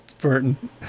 Burton